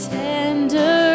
tender